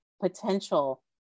potential